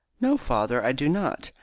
no, father, i do not.